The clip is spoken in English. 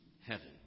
heaven